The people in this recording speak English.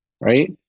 right